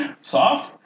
Soft